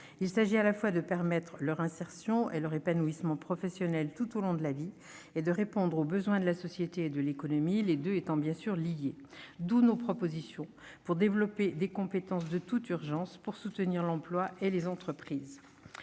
Il s'agit à la fois de permettre leur insertion et leur épanouissement professionnels tout au long de la vie et de répondre aux besoins de la société et de l'économie, les deux étant bien sûr liés. Nos propositions visent ainsi à développer les compétences de toute urgence pour soutenir l'emploi et les entreprises.